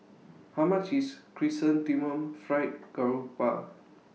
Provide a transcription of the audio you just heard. How much IS Chrysanthemum Fried Garoupa